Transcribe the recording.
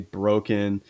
broken